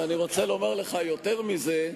אני רוצה לומר לך יותר מזה,